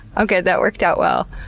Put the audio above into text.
oh good, that worked out well.